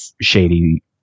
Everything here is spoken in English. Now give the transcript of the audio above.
shady